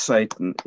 Satan